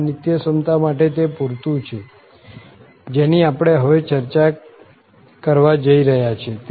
આ નિત્યસમતા માટે તે પૂરતું છે જેની આપણે હવે ચર્ચા કરવા જઈ રહ્યા છીએ